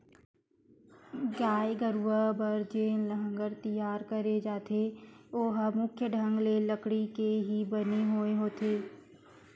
गाय गरुवा बर जेन लांहगर तियार करे जाथे ओहा मुख्य ढंग ले लकड़ी के ही बने होय होथे